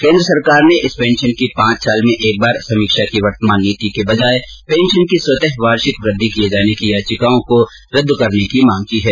केंद्र सरकार इस पेंशन की पांच साल में एक बार समीक्षा की वर्तमान नीति के बजाए पेंशन की स्वतः वार्षिक वृद्धि किए जाने की याचिकाओं को रद्द करने की मांग की है